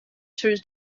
two